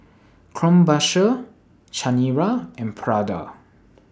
Krombacher Chanira and Prada